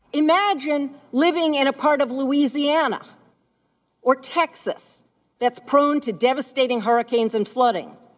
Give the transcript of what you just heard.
imagine living in a part of louisiana or texas that's prone to devastating hurricanes and flooding.